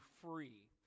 free